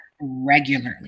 regularly